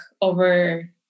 over